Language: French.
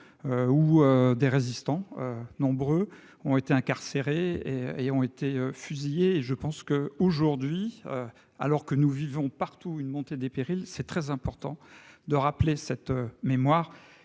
où des résistants, nombreux ont été incarcérés et ont été fusillés et je pense que, aujourd'hui, alors que nous vivons partout une montée des périls, c'est très important de rappeler cette mémoire